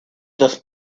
dos